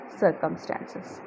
circumstances